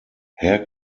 hair